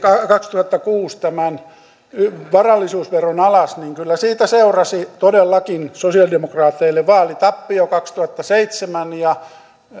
kaksituhattakuusi tämän varallisuusveron alas niin kyllä siitä seurasi todellakin sosialidemokraateille vaalitappio kaksituhattaseitsemän ja